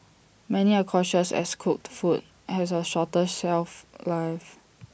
many are cautious as cooked food has A shorter shelf life